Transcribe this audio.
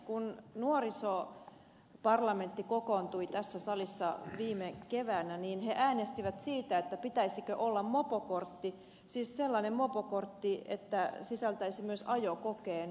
kun nuorisoparlamentti kokoontui tässä salissa viime keväänä he äänestivät siitä pitäisikö olla mopokortti siis sellainen mopokortti joka sisältäisi myös ajokokeen